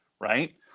right